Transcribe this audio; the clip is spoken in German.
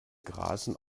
grasen